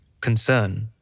concern